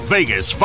Vegas